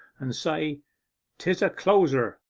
and say tis a closer.